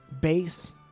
bass